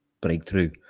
breakthrough